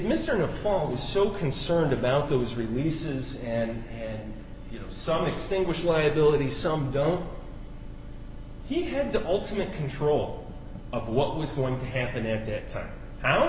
mr no formal so concerned about those releases and you know some extinguish liability some don't he had the ultimate control of what was going to happen at the time how